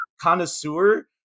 connoisseur